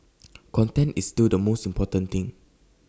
content is still the most important thing